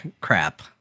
crap